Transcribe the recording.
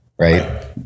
Right